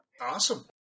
Awesome